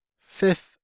fifth